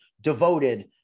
devoted